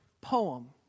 poem